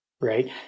right